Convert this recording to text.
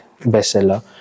bestseller